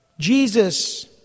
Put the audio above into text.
Jesus